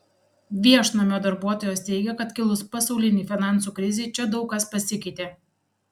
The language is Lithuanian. viešnamio darbuotojos teigia kad kilus pasaulinei finansų krizei čia daug kas pasikeitė